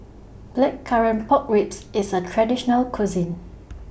Blackcurrant Pork Ribs IS A Traditional Cuisine